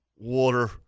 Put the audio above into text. Water